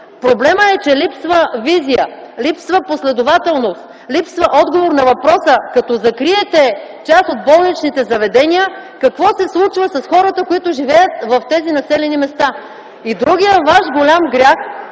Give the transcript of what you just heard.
Проблемът е, че липсва визия, липсва последователност, липсва отговор на въпроса: „Като закриете част от болничните заведения, какво се случва с хората, които живеят в тези населени места?” (Шум и